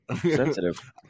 sensitive